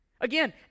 Again